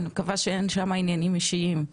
אני מקווה שאין שם עניינים אישיים,